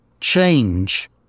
change